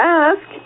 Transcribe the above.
ask